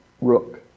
rook